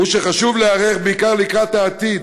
היא שחשוב להיערך בעיקר לקראת העתיד